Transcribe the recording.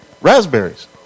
Raspberries